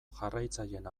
jarraitzaileen